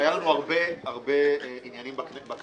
היו לנו הרבה עניינים בכנסת.